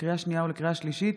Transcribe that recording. לקריאה שנייה ולקריאה שלישית: